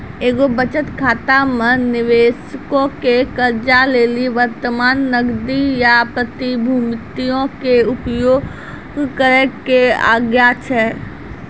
एगो बचत खाता मे निबेशको के कर्जा लेली वर्तमान नगदी या प्रतिभूतियो के उपयोग करै के आज्ञा छै